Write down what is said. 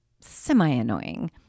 semi-annoying